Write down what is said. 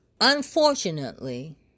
Unfortunately